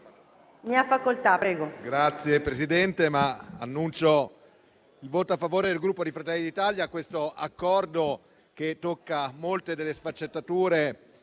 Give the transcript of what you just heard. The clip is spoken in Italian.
Signor Presidente, annuncio il voto favorevole del Gruppo Fratelli d'Italia a questo Accordo, che tocca molte delle sfaccettature